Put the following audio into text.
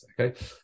okay